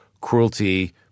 cruelty